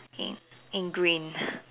in ingrained